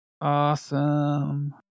Awesome